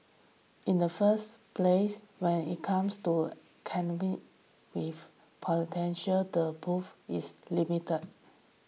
in the first place when it comes to candy with potential the pool is limited